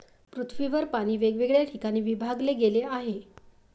पृथ्वीवर पाणी वेगवेगळ्या ठिकाणी विभागले गेले आहे